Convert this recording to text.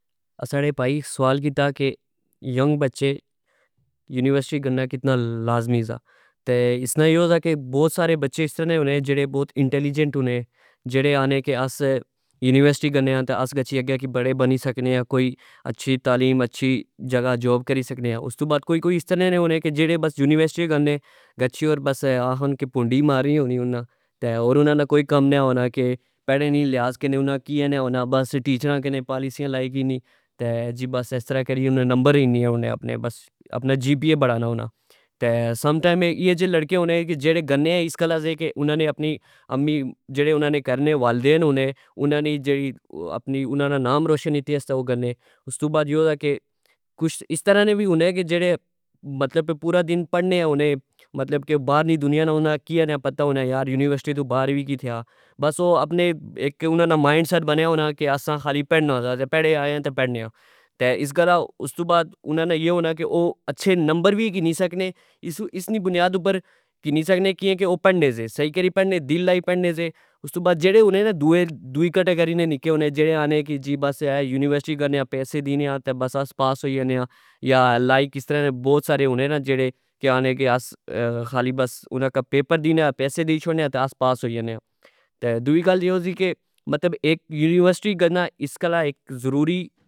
ساڑے پائی سوال کیتا کہ ینگ بچے یونیورسٹی گچھنا کتنا لاظمی سا تہ اسنا یو سا کہ بوت سارے بچے اس طرع نے ہونے یڑے بوت انٹیلیجنٹ ہونے جیڑے آحنے کہ آس یونیورسٹی گنے آں تہ آس اگہ گچھی تہ بڑے بنی سکنے آ کوئی اچھی تعلیم اچھی جگہ جاب کری سکنے آں استو بعد کوئی کوئی اس طرع نے ہونے کہ جیڑے بس یونیورسٹی گنے گچھی اور بس آحنے ہون پونڈی مارنی ہونی انا تہ ہور انا نا کوئی کم نی ہونا کہ پینے نی لہناذ کہ انا کی نہ ہونا بس تیچرا کینا پالیسیالائی کنی جی بس اسرہ کری کنا نمبر کنی آنے اپنے بس اپنا جی پی اے بڑھانا ہونا تہ سم ٹئم ایہ جے لڑکے ہونے کہ جیڑے گنے اس گلہ کہ انا نے اپنے امی کرنے والدین ہونے انا نا نام روشن کیتی آستہ او کرنے استو بعد یو سا کہ کچھ اس طرع نے وی ہونے جیڑے مطلب پورا دن پڑنے ہونے مطلب کہ بار نی دنیا نا اناں کی نیا پتا ہونا کہ یونیورسٹی تو بار وی کج تھیا بس او اپنے انا نا مائنڈ سیٹ بنیا ہونا کہ اسا خالی پینا ہونا پیڑے آئے آ تہ پیڑنے آ تہ اس گلہ استو بعد انا نا اے ہونا کہ او اچھے نمبر وی کنی سکنے اس نی بنیاد اپر کنی سکنے کیاکہ او پڑنے سے سئی کری پڑنے دل لوئی پڑنے سے اس تو بعد جیڑے ہونے نا دوئی کیٹاگری ہونے نکے ہونے جیڑے آحنے کہ بس اہہ یونیورسٹی گنے آ پہ سی دینے آتہ بس آس پاس ہوئی جانے آیا لائک اس طرعع نے بوت سارے ہونے نا جیڑے کہ آحنے کہ آس خالی بس پیپر دینے آں پیسے دئی شورنے آ تہ بس آس پاس ہوئی جانے آدوئی گل اے سی کہ یونیورسٹی گنا اس گلہ اک ضروری